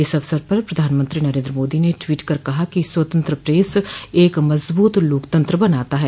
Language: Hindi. इस अवसर पर प्रधानमंत्री नरेन्द्र मोदी ने ट्वीट कर कहा कि स्वतंत्र प्रेस एक मजबूत लोकतंत्र बनाता है